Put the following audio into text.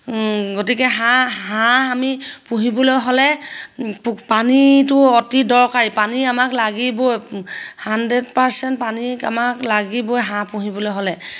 গতিকে হাঁহ হাঁহ আমি পুহিবলৈ হ'লে পু পানীটো অতি দৰকাৰী পানী আমাক লাগিবই হাণ্ড্ৰেড পাৰ্চেণ্ট পানী আমাক লাগিবই হাঁহ পুহিবলৈ হ'লে